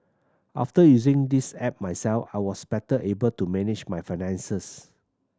after using this app myself I was better able to manage my finances